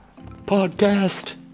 Podcast